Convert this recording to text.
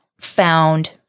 found